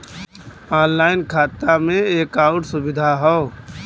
online खाता में एक आउर सुविधा हौ